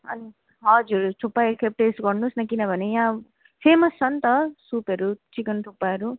अनि हजुर थुक्पा एकखेप टेस्ट गर्नुहोस् न किनभने यहाँ फेमस छ नि त सुपहरू चिकन थुक्पाहरू